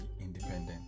independent